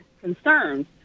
concerns